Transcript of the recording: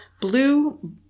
blue